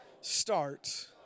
starts